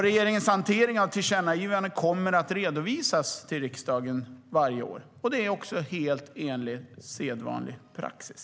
Regeringens hantering av tillkännagivanden kommer att redovisas till riksdagen varje år. Det är helt enligt sedvanlig praxis.